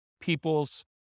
people's